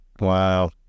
Wow